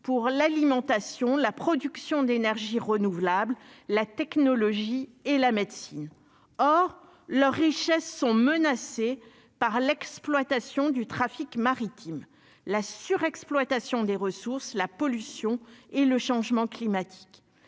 pour l'alimentation, la production d'énergie renouvelable, la technologie et la médecine, or leur richesse sont menacées par l'exploitation du trafic maritime, la surexploitation des ressources, la pollution et le changement climatique,